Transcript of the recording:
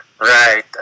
Right